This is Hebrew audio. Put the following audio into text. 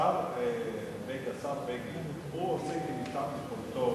השר בגין עושה כמיטב יכולתו,